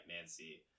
Nancy